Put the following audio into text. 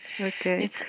Okay